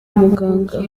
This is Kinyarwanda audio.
muganga